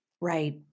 Right